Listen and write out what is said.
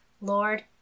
Lord